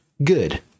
Good